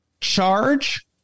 charge